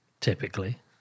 Typically